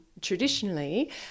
traditionally